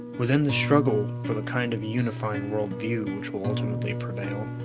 within the struggle for the kind of unifying world view which will ultimately prevail,